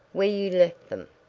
where you left them.